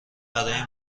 برای